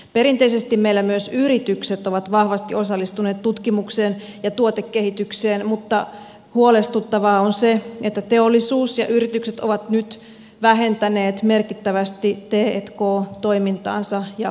perinteisesti meillä myös yritykset ovat vahvasti osallistuneet tutkimukseen ja tuotekehitykseen mutta huolestuttavaa on se että teollisuus ja yritykset ovat nyt vähentäneet merkittävästi t k toimintaansa ja panostuksia siihen